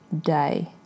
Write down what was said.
day